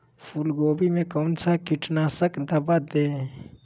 फूलगोभी में कौन सा कीटनाशक दवा दे?